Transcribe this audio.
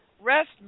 rest